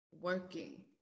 working